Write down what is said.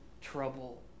trouble